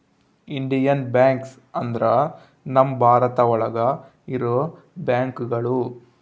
Indian banks ಅಂದ್ರ ನಮ್ ಭಾರತ ಒಳಗ ಇರೋ ಬ್ಯಾಂಕ್ಗಳು